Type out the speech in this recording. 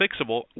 fixable